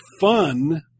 fun